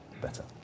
better